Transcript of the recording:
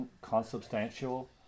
consubstantial